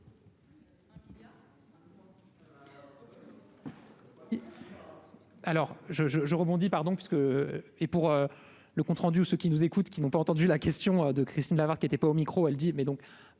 Alors je je je rebondis, pardon, parce que, et pour le compte rendu ou ceux qui nous écoutent, qui n'ont pas entendu la question de Christine Lavarde qui était pas au micro, elle dit